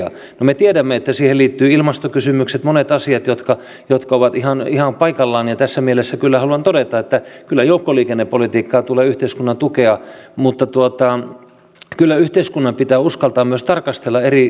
no me tiedämme että siihen liittyvät ilmastokysymykset monet asiat jotka ovat ihan paikallaan ja tässä mielessä kyllä haluan todeta että kyllä joukkoliikennepolitiikkaa tulee yhteiskunnan tukea mutta kyllä yhteiskunnan pitää uskaltaa tarkastella erilaisia vaihtoehtoja